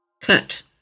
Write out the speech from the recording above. cut